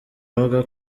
avuga